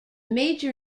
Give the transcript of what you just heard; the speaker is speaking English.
major